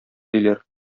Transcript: диләр